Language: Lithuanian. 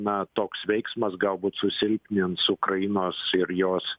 na toks veiksmas galbūt susilpnins ukrainos ir jos